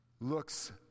looks